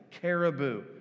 caribou